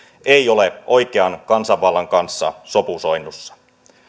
ei ole oikean kansanvallan kanssa sopusoinnussa